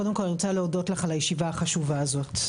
קודם כל אני רוצה להודות לך על הישיבה החשובה הזאת.